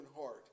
heart